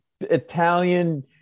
Italian